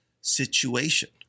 situation